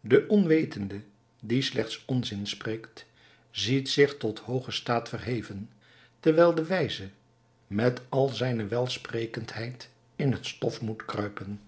de onwetende die slechts onzin spreekt ziet zich tot hoogen staat verheven terwijl de wijze met al zijne welsprekendheid in het stof moet kruipen